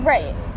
Right